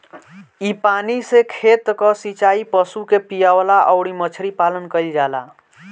इ पानी से खेत कअ सिचाई, पशु के पियवला अउरी मछरी पालन कईल जाला